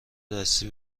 دستی